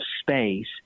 space